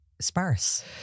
sparse